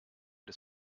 des